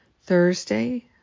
Thursday